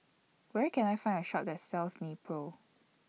Where Can I Find A Shop that sells Nepro